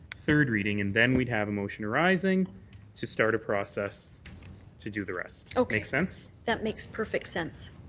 third reading and then we'd have a motion arise and to go start a process to do the rest. okay. make sense? that makes perfect sense.